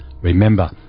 Remember